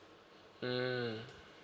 mm